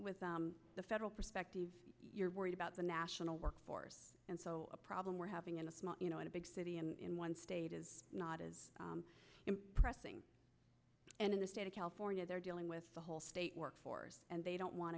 with the federal perspective you're worried about the national workforce and so a problem we're having in a small you know in a big city in one state is not as pressing and in the state of california they're dealing with the whole state workforce and they don't want